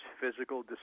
physical